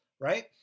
Right